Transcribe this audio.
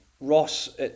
Ross